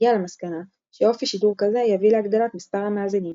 הגיע למסקנה שאופי שידור כזה יביא להגדלת מספר המאזינים,